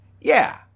Yeah